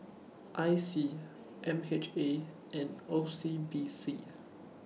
I C M H A and O C B C